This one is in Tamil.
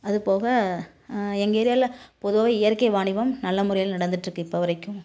அதுபோக எங்கள் ஏரியாவில் பொதுவாகவே இயற்கை வாணிபம் நல்ல முறையில் நடந்துகிட்ருக்கு இப்போ வரைக்கும்